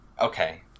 Okay